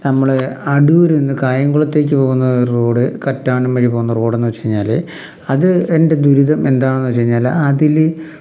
നമ്മൾ അടൂരന്ന് കായംകുളത്തേക്ക് പോകുന്ന ഒരു റോഡ് കറ്റാനം വഴി പോകുന്ന റോഡന്ന് വെച്ച് കഴിഞ്ഞാൽ അത് അതിൻ്റെ ദുരിതം എന്താണെന്ന് വെച്ച് കഴിഞ്ഞാൽ അതിൽ